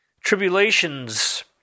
Tribulations